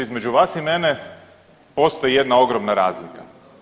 Između vas i mene postoji jedna ogromna razlika.